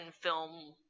film